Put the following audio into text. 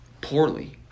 poorly